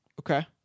Okay